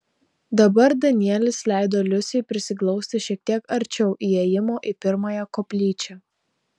dabar danielis leido liusei prisiglausti šiek tiek arčiau įėjimo į pirmąją koplyčią